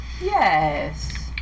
Yes